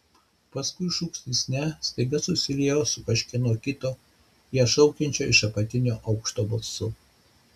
paskui šūksnis ne staiga susiliejo su kažkieno kito ją šaukiančio iš apatinio aukšto balsu